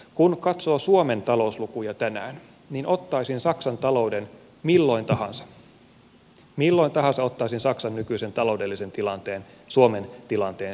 kun katsoo suomen talouslukuja tänään niin ottaisin saksan talouden milloin tahansa milloin tahansa ottaisin saksan nykyisen taloudellisen tilanteen suomen tilanteen sijaan